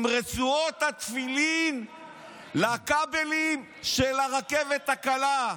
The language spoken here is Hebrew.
עם רצועות התפילין לכבלים של הרכבת הקלה.